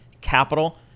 Capital